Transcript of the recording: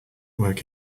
work